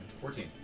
Fourteen